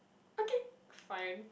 okay fine